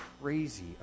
crazy